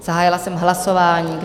Zahájila jsem hlasování.